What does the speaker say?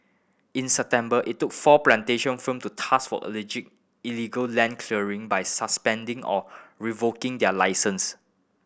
in September it took four plantation firm to task for alleged illegal land clearing by suspending or revoking their licence